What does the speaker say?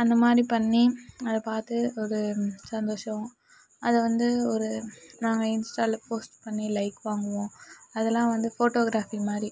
அந்தமாதிரி பண்ணி அதை பார்த்து ஒரு சந்தோஷம் அதை வந்து ஒரு நாங்கள் இன்ஸ்டாவில போஸ்ட் பண்ணி லைக் வாங்குவோம் அதெலாம் வந்து போட்டோகிராபி மாதிரி